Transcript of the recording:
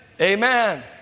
amen